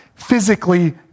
physically